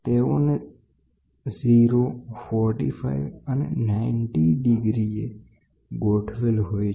તેઓને 0 45 અને 90 ડીગ્રીએ ગોઠવેલ હોય છે